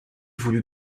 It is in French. voulu